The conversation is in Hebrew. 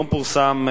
היום פורסמה,